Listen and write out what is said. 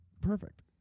Perfect